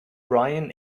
brian